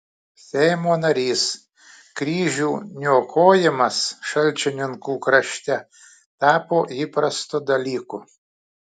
seimo narys kryžių niokojimas šalčininkų krašte tapo įprastu dalyku